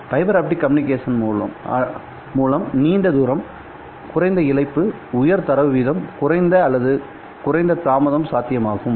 fibre optic மூலம் நீண்ட தூரம் குறைந்த இழப்பு உயர் தரவு வீதம் குறைந்த அல்லது குறைந்த தாமதம் சாத்தியமாகும்